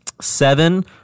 Seven